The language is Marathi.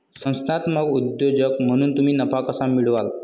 संस्थात्मक उद्योजक म्हणून तुम्ही नफा कसा मिळवाल?